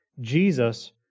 Jesus